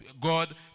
God